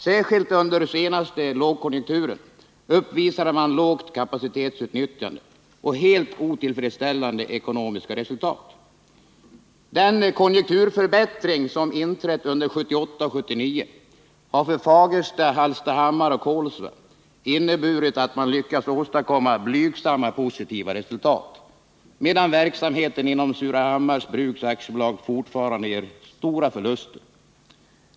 Särskilt under senaste lågkonjunkturen uppvisade man lågt kapacitetsutnyttjande och helt otillfredsställande ekonomiska resultat. Den konjunkturförbättring som inträtt under 1978 och 1979 har för Fagersta, Hallstahammar och Kolsva inneburit att man lyckats åstadkomma blygsamma positiva resultat, medan verksamheten inom Surahammars Bruks AB fortfarande ger stora förluster.